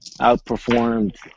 outperformed